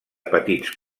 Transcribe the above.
petits